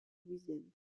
louisiane